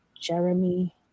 Jeremy